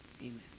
amen